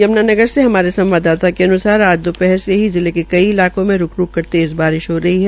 यम्नानगर से हमारे संवाददाता के अन्सार आज दोपहर से ही जिले के कई इलाकों में रूक रूक कर तेज़ बारिश हो रही है